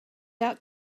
out